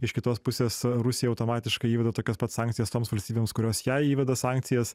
iš kitos pusės rusija automatiškai įveda tokias pat sankcijas toms valstybėms kurios jai įveda sankcijas